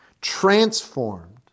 Transformed